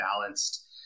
balanced